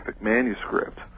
manuscript